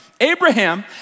Abraham